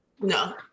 No